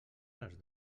les